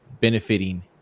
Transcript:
benefiting